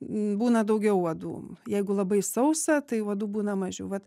būna daugiau uodų jeigu labai sausa tai uodų būna mažiau vat